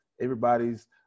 Everybody's